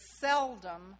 seldom